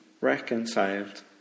reconciled